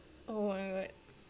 oh my god